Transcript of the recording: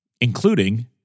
including